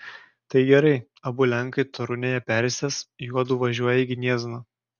tai gerai abu lenkai torunėje persės juodu važiuoja į gniezną